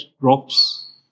drops